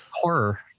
horror